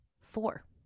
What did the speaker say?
four